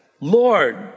Lord